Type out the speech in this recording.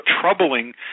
troubling